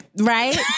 Right